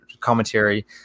commentary